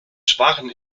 schwachen